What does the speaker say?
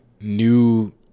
new